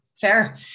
fair